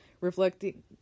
reflecting